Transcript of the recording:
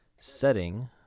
setting